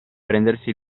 prendersi